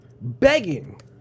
begging